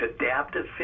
adaptive